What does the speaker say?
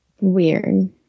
Weird